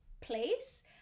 place